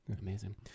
Amazing